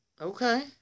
Okay